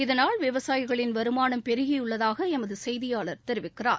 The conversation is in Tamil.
இதனால் விவசாயிகளின் வருமானம் பெருகியுள்ளதாக எமது செய்தியாளர் தெரிவிக்கிறார்